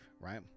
right